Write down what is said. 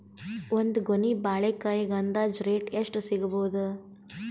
ಒಂದ್ ಗೊನಿ ಬಾಳೆಕಾಯಿಗ ಅಂದಾಜ ರೇಟ್ ಎಷ್ಟು ಸಿಗಬೋದ?